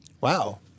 Wow